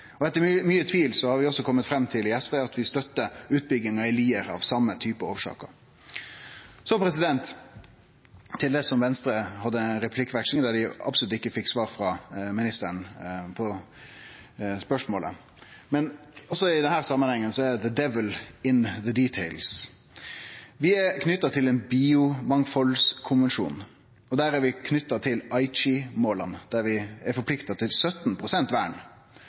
Etter mykje tvil har vi i SV også kome fram til at vi støttar utbygginga i Lier, av same type årsaker. Så til det som Venstre hadde replikkveksling om, der dei absolutt ikkje fekk svar frå ministeren på spørsmålet. Men også i denne samanhengen er «the devil in the details». Vi er knytte til ein biomangfaldkonvensjon. Der er vi knytte til Aichi-måla, der vi er forplikta til 17 pst. vern.